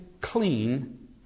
clean